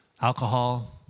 alcohol